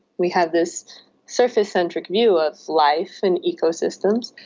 we have this surface-centric view of life and ecosystems,